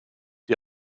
die